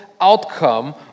outcome